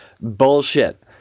bullshit